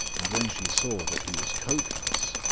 and when she saw that he was coatless,